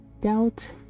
doubt